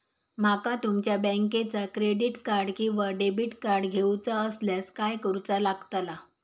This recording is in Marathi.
माका तुमच्या बँकेचा क्रेडिट कार्ड किंवा डेबिट कार्ड घेऊचा असल्यास काय करूचा लागताला?